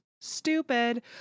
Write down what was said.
stupid